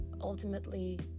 ultimately